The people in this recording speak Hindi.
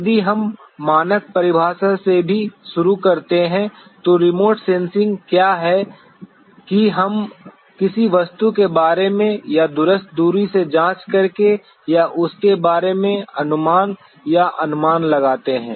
यदि हम मानक परिभाषा से भी शुरू करते हैं तो रिमोट सेंसिंग क्या है कि हम किसी वस्तु के बारे में या दूरस्थ दूरी से जांच करके या उसके बारे में अनुमान या अनुमान लगाते हैं